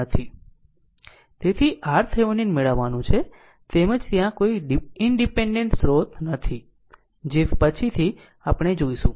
તેથી RThevenin મેળવવાનું છે તેમ જ ત્યાં કોઈ ઇનડીપેન્ડેન્ટ સ્રોત નથી જે પછીથી આપણે જોઈશું